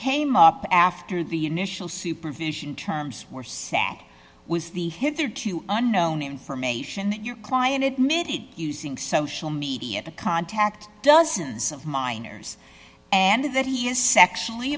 came up after the initial supervision terms were sad was the hit there too unknown information that your client admitted using social media to contact dozens of minors and that he is sexually